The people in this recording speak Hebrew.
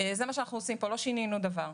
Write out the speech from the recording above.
זה מה שאנחנו עושים פה, לא שינינו דבר.